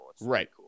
Right